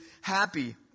happy